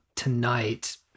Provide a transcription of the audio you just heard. Tonight